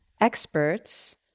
experts